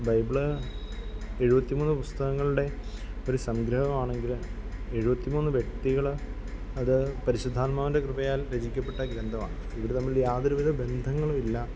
Bible എഴുപത്തിമൂന്ന് പുസ്തകങ്ങളുടെ ഒരു സംഗ്രഹമാണെങ്കിലും എഴുപത്തിമൂന്ന് വ്യക്തികൾ അത് പരിശുദ്ധാത്മാവിൻ്റെ കൃപയാൽ രചിക്കപ്പെട്ട ഗ്രന്ഥമാണ് ഇവർ തമ്മിൽ യാതൊരു വിധ ബന്ധങ്ങളുമില്ല